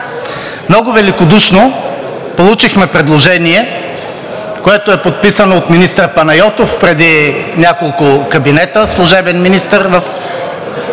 Много великодушно получихме предложение, което е подписано във Вашингтон от министър Панайотов – преди няколко кабинета служебен министър,